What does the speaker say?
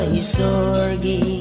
isorgi